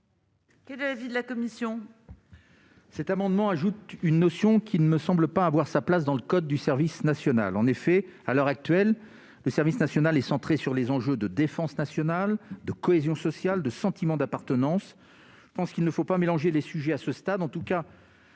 Quel est l'avis de la commission ?